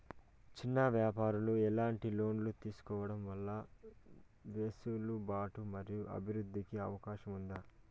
చిన్న వ్యాపారాలు ఎట్లాంటి లోన్లు తీసుకోవడం వల్ల వెసులుబాటు మరియు అభివృద్ధి కి అవకాశం ఉంది?